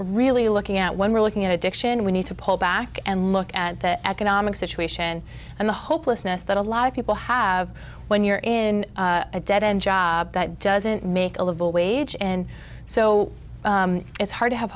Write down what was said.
really looking at when we're looking at addiction we need to pull back and look at the economic situation and the hopelessness that a lot of people have when you're in a dead end job that doesn't make a livable wage and so it's hard to have